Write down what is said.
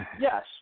yes